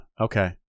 Okay